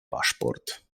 paszport